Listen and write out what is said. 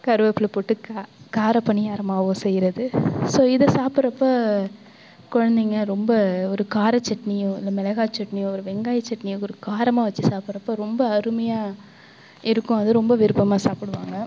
கருவப்பில்லை போட்டு க காரப்பணியாரமாகவும் செய்யறது ஸோ இதை சாப்புட்றப்போ குழந்தைங்க ரொம்ப ஒரு காரச்சட்னியோ இல்லை மிளகா சட்னியோ ஒரு வெங்காய சட்னியோ ஒரு காரமாக வச்சு சாப்புட்றப்போ ரொம்ப அருமையாக இருக்கும் அது ரொம்ப விருப்பமாக சாப்பிடுவாங்க